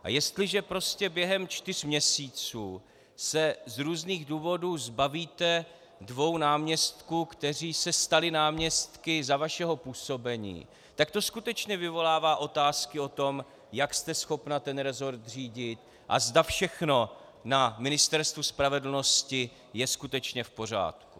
A jestliže prostě během čtyř měsíců se z různých důvodů zbavíte dvou náměstků, kteří se stali náměstky za vašeho působení, tak to skutečně vyvolává otázky o tom, jak jste schopna ten resort řídit, a kdo všechno na Ministerstvu spravedlnosti je skutečně v pořádku.